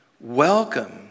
Welcome